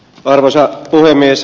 arvoisa puhemies